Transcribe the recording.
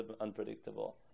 unpredictable